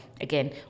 again